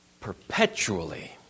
perpetually